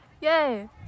Yay